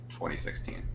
2016